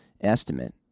estimate